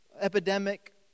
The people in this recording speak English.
epidemic